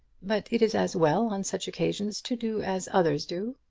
but it is as well on such occasions to do as others do.